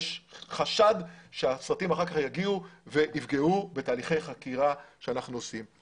יש חשד שהסרטים אחר כך יגיעו ויפגעו בתהליכי חקירה שאנחנו עושים.